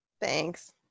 Thanks